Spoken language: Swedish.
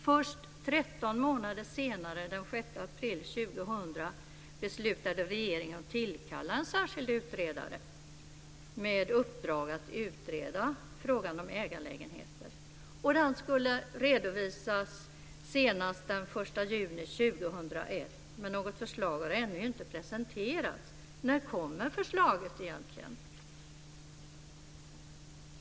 Först 13 månader senare, den 6 april 2000, beslutade regeringen att tillkalla en särskild utredare med uppdrag att utreda frågan om ägarlägenheter. Den skulle redovisas senast den 1 juni 2001, men något förslag har ännu inte presenterats. När kommer förslaget egentligen?